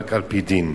רק על-פי דין.